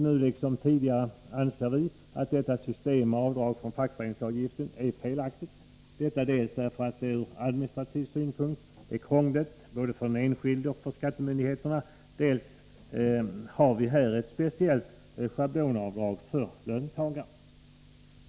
Nu liksom tidigare anser vi att detta system med avdrag för fackföreningsavgifter är felaktigt, dels därför att det ur administrativ synpunkt är krångligt både för den enskilde och för skattemyndigheterna, dels därför att det finns ett speciellt schablonavdrag för löntagare.